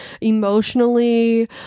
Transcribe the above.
emotionally